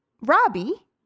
Robbie